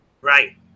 Right